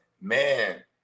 man